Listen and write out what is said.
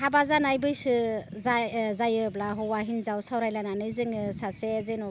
हाबा जानाय बैसो जाय जायोब्ला हौवा हिन्जाव सावरायलायनानै जोङो सासे जेनेबा